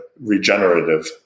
regenerative